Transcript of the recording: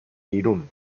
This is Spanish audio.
irún